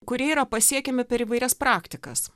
kurie yra pasiekiami per įvairias praktikas